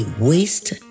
Waste